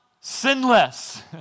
sinless